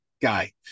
guy